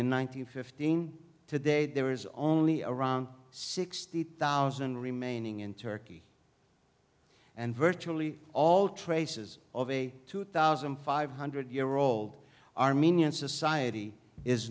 hundred fifteen today there is only around sixty thousand remaining in turkey and virtually all traces of a two thousand five hundred year old armenian society is